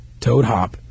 ToadHop